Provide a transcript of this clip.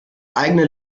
eigene